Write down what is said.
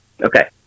Okay